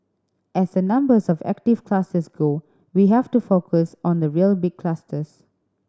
as the numbers of active clusters go we have to focus on the real big clusters